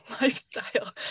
lifestyle